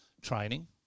training